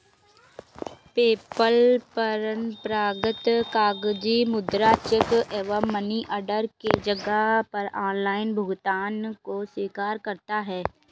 PayPal परंपरागत कागजी मुद्रा, चेक एवं मनी ऑर्डर के जगह पर ऑनलाइन भुगतान को स्वीकार करता है